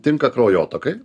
tinka kraujotakai